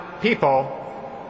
people